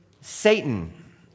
Satan